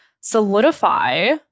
solidify